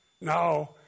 Now